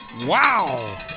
Wow